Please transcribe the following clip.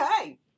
Okay